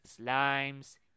Slimes